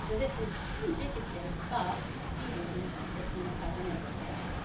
so this is indicative but be warned, it can occur on everything.